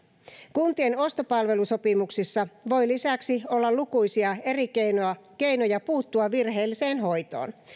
kuntien ostopalvelusopimuksissa voi lisäksi olla lukuisia eri keinoja keinoja puuttua virheelliseen hoitoon